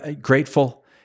grateful